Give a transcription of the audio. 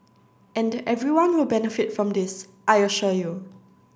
and everyone will benefit from this I assure you